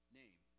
name